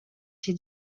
się